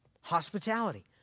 Hospitality